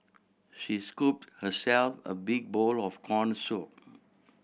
she scooped herself a big bowl of corn soup